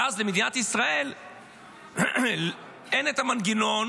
ואז למדינת ישראל אין את המנגנון